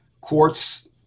quartz